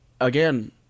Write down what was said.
again